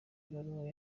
ibaruwa